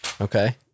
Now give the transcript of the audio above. Okay